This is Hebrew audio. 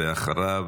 אחריו